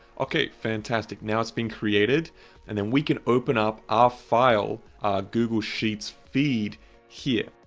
okay, fantastic now it's being created and then we can open up our file, a google sheets feed here.